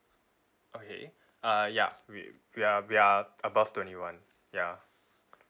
okay uh ya we we are we are above twenty one ya